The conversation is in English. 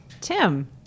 tim